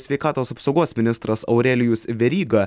sveikatos apsaugos ministras aurelijus veryga